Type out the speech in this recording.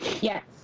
Yes